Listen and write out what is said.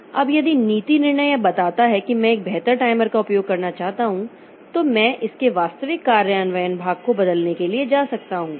अब यदि नीति निर्णय यह बताता है कि मैं एक बेहतर टाइमर का उपयोग करना चाहता हूं तो मैं इसके वास्तविक कार्यान्वयन भाग को बदलने के लिए जा सकता हूं